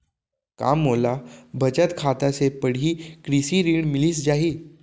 का मोला बचत खाता से पड़ही कृषि ऋण मिलिस जाही?